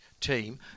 team